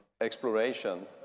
exploration